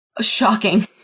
shocking